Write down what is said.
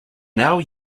now